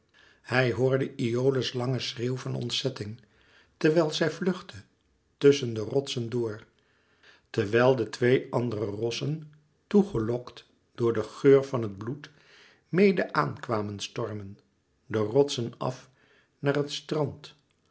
hij hoorde iole's langen schreeuw van ontzetting terwijl zij vluchtte tusschen de rotsen door terwijl de twee andere rossen toe gelokt door den geur van het bloed mede aan kwamen stormen de rotsen af naar het strand